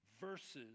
verses